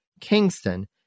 Kingston